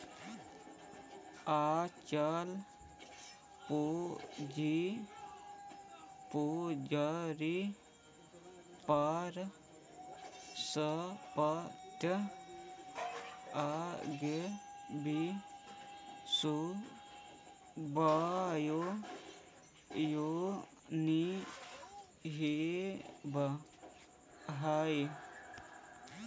अचल पूंजी पर संपत्ति लगावे से व्यर्थ न होवऽ हई